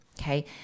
Okay